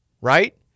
Right